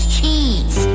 Cheese